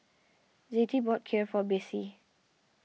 Zettie bought Kheer for Besse